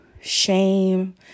shame